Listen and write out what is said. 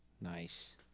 Nice